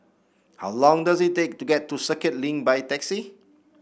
how long does it take to get to Circuit Link by taxi